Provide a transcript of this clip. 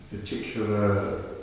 particular